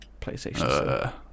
PlayStation